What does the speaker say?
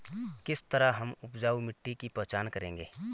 किस तरह हम उपजाऊ मिट्टी की पहचान करेंगे?